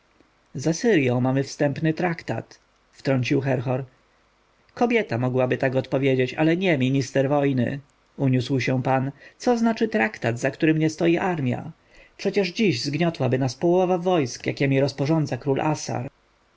z asyrją mamy wstępny traktat wtrącił herhor kobieta mogłaby tak odpowiedzieć ale nie minister wojny uniósł się pan co znaczy traktat za którym nie stoi armja przecież dziś zgniotłaby nas połowa wojsk jakiemi rozporządza król assar